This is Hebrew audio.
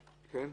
נכון?